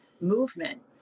movement